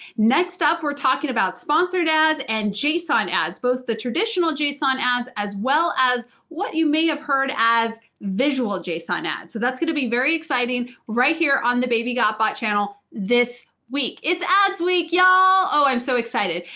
next up, we're talking about sponsored ads and json ads, both the traditional json ads as well as what you may have heard as visual json ads. so that's going to be very exciting, right here on the baby got bot channel this week. it's ads week, y'all. oh, i'm so excited.